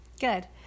Good